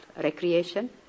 recreation